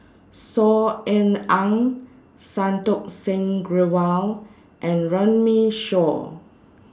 Saw Ean Ang Santokh Singh Grewal and Runme Shaw